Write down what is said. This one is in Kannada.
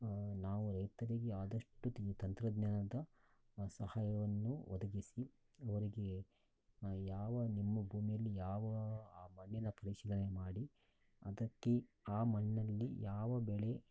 ನಾವು ರೈತರಿಗೆ ಆದಷ್ಟು ತಂತ್ರಜ್ಞಾನದ ಸಹಾಯವನ್ನು ಒದಗಿಸಿ ಅವರಿಗೆ ಯಾವ ನಿಮ್ಮ ಭೂಮಿಯಲ್ಲಿ ಯಾವ ಆ ಮಣ್ಣಿನ ಪರಿಶೀಲನೆ ಮಾಡಿ ಅದಕ್ಕೆ ಆ ಮಣ್ಣಲ್ಲಿ ಯಾವ ಬೆಳೆ